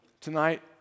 Tonight